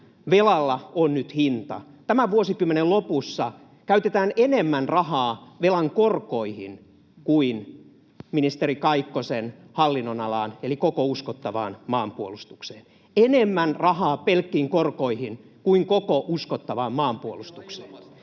velalla on nyt hinta. Tämän vuosikymmenen lopussa käytetään enemmän rahaa velan korkoihin kuin ministeri Kaikkosen hallinnonalaan, eli koko uskottavaan maanpuolustukseen — enemmän rahaa pelkkiin korkoihin kuin koko uskottavaan maanpuolustukseen.